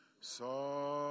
saw